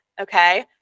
okay